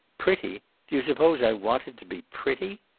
pretty! do you suppose i want it be pretty?